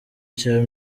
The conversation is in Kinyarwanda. cya